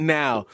now